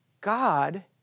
God